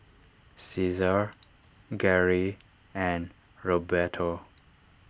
Caesar Garey and Roberto